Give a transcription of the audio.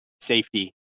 safety